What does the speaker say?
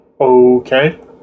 Okay